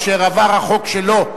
אשר עבר החוק שלו,